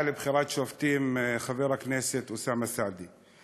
לבחירת שופטים חבר הכנסת אוסאמה סעדי.